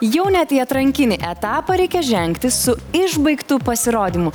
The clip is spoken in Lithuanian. jau net į atrankinį etapą reikia žengti su išbaigtu pasirodymu